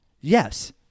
Yes